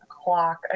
o'clock